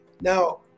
Now